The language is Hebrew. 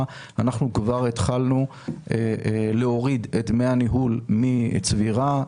אנחנו כבר התחלנו להוריד את דמי הניהול מצבירה.